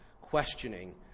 questioning